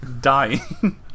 dying